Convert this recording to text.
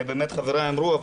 ובאמת חבריי אמרו,